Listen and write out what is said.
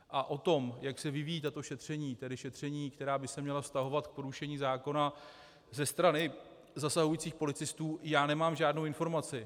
A o tom, jak se vyvíjejí tato šetření, tedy šetření, která by se měla vztahovat k porušení zákona ze strany zasahujících policistů, já nemám žádnou informaci.